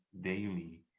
daily